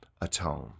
atone